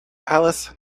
alice